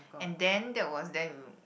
and then that was then we